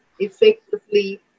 effectively